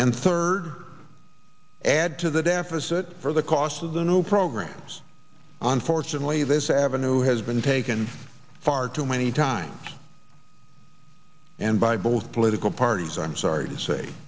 and third add to the deficit for the cost of the new programs unfortunately this avenue has been taken far too many times and by both political parties i'm sorry to say